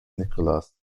nicholas